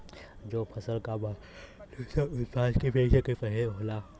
जो फसल या पसूधन उतपादन के बेचे के पहले होला